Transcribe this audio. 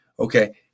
Okay